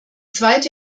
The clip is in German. zweite